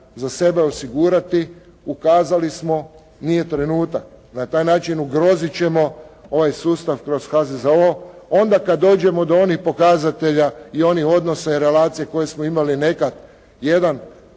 za sebe osigurati, ukazali smo, nije trenutak. Na taj način ugroziti ćemo ovaj sustav kroz HZZO. Onda kad dođemo do onih pokazatelja i onih odnosa i relacija koje smo imali nekad 1